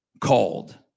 called